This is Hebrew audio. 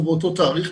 אנחנו באותו תאריך,